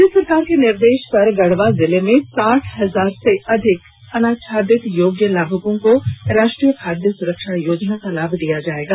राज्य सरकार के निर्देश पर गढ़वा जिले में साठ हजार से अधिक अनाच्छादित योग्य लाभुकों को राष्ट्रीय खाद्य सुरक्षा योजना का लाभ दिया जायेगा